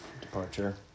departure